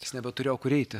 jis nebeturėjo kur eiti